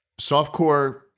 softcore